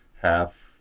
half